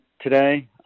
today